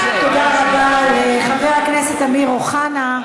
תודה רבה לחבר הכנסת אמיר אוחנה.